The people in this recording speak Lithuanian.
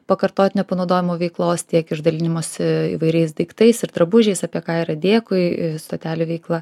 pakartotinio panaudojimo veiklos tiek iš dalinimosi įvairiais daiktais ir drabužiais apie ką yra dėkui stotelių veikla